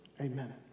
Amen